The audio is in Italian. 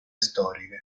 storiche